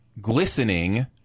glistening